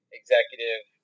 executive